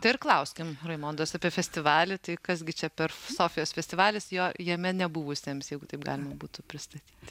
tai ir klauskim raimondos apie festivalį tai kas gi čia per sofijos festivalis jo jame nebuvusiems jeigu taip galima būtų pristatyti